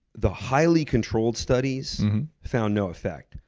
the highly controlled studies found no effect.